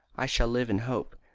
i shall live in hope.